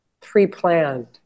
pre-planned